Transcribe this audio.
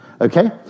okay